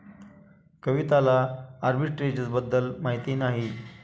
कविताला आर्बिट्रेजबद्दल माहिती नाही